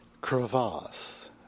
crevasse